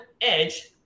edge